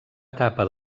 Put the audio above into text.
etapa